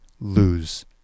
lose